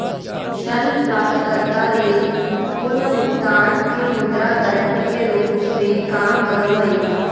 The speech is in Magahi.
ऋण प्राप्तकर्ता ले पुनर्भुगतान के मुद्रा गारंटी के रूप में काम करो हइ